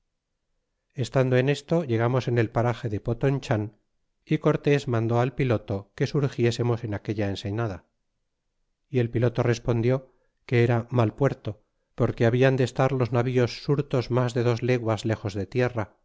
estando en esto llegamos en el parage de potonchan y cortés mandó al piloto que surgiésemos en aquella ensenada y el piloto respondió que era ma puerto porque habian de estar los navíos surtos mas de dos leguas lejos de tierra